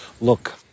look